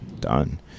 done